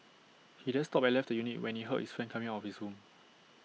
he then stopped and left the unit when he heard his friend coming out of his room